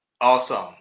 Awesome